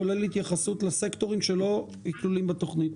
כולל התייחסות לסקטורים שלא כלולים בתוכנית.